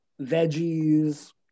veggies